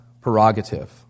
prerogative